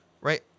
Right